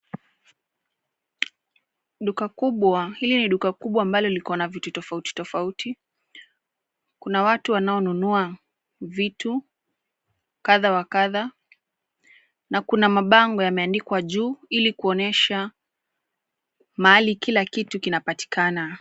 Hili ni duka kubwa ambalo liko na vitu tofautitofauti. Kuna watu wanonunua vitu kadha wa kadha na kuna mabango yameandikwa juu ili kuonyesha mahali kila kitu kinapatikana.